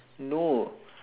no